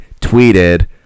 tweeted